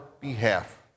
behalf